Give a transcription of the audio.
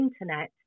internet